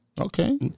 Okay